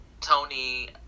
Tony